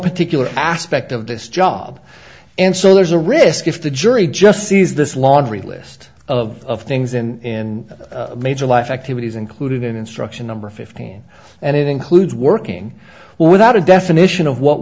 particular aspect of this job and so there's a risk if the jury just sees this laundry list of things in major life activities including instruction number fifteen and it includes working without a definition of what